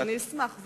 אז אשמח,